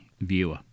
viewer